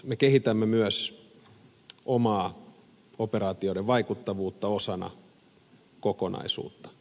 me kehitämme myös omaa operaatioiden vaikuttavuutta osana kokonaisuutta